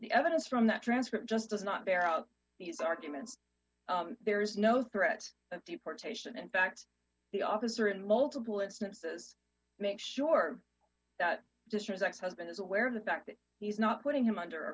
the evidence from that transcript just does not bear out these arguments there is no threat of deportation in fact the officer in multiple instances make sure that distress ex husband is aware of the fact that he's not putting him under